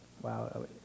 wow